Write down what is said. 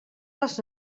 les